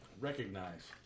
recognize